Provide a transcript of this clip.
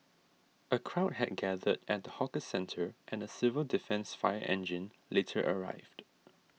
a crowd had gathered at the hawker centre and a civil defence fire engine later arrived